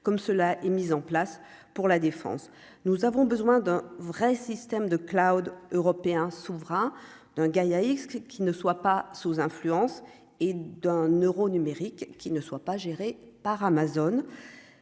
comme cela est mis en place pour la défense, nous avons besoin d'un vrai système de Claude européen souverain d'un Gaïa X qui ne soit pas sous influence et d'un euro numérique qui ne soit pas géré par Amazon,